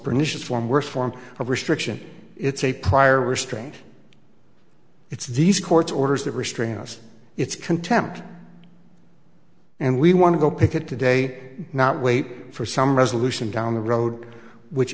pernicious form worst form of restriction it's a prior restraint it's these court orders that restrain us it's contempt and we want to go picket today not wait for some resolution down the road which